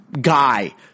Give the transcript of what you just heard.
guy